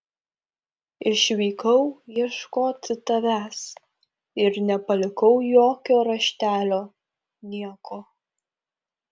išvykau ieškoti tavęs ir nepalikau jokio raštelio nieko